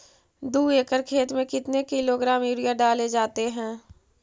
दू एकड़ खेत में कितने किलोग्राम यूरिया डाले जाते हैं?